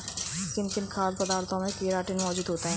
किन किन खाद्य पदार्थों में केराटिन मोजूद होता है?